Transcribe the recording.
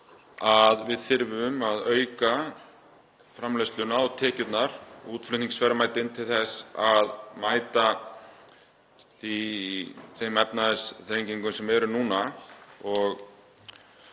Við þurfum að auka framleiðsluna og tekjurnar og útflutningsverðmætin til þess að mæta þeim efnahagsþrengingum sem eru núna.